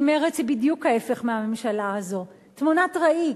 כי מרצ היא בדיוק ההיפך מהממשלה הזאת, תמונת ראי.